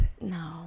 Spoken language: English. no